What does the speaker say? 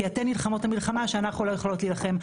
כי אתן נלחמות את המלחמה שאנחנו לא יכולות להילחם.